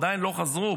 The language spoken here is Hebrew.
עדיין לא חזרו,